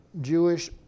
Jewish